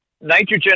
nitrogen